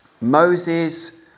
Moses